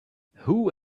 who